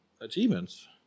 achievements